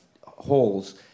holes